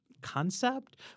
concept